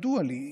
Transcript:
ידוע לי.